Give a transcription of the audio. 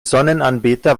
sonnenanbeter